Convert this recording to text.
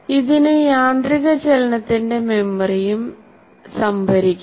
ഇതിന് യാന്ത്രിക ചലനത്തിന്റെ മെമ്മറിയും സംഭരിക്കാം